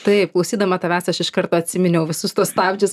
taip klausydama tavęs aš iš karto atsiminiau visus tuos pavyzdžius